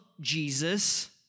Jesus